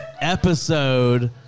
episode